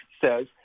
says